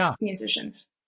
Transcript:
musicians